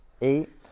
eight